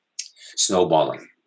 snowballing